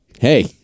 hey